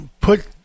put